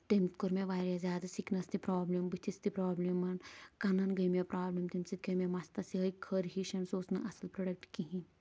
تٔمۍ کٔر مےٚ واریاہ زیادٕ سِکِنَس تہِ پرٛابلِم بُتھِس تہِ پرٛابلِمن کَنَن گٔے مےٚ پرٛابلِم تَمہِ سۭتۍ گٔے مےٚ مَستَس یِہَے کٔھر ہِش سُہ اوس نہٕ اَصٕل پرٛوڈکٹہٕ کِہیٖنٛۍ